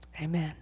Amen